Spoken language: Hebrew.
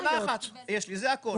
שאלה אחת יש לי זה הכל.